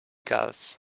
gulls